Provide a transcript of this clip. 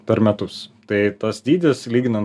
per metus tai tas dydis lyginan